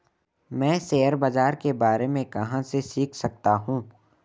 मैं शेयर बाज़ार के बारे में कहाँ से सीख सकता हूँ?